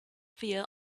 via